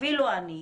אפילו אני,